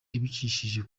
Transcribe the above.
abicishije